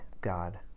God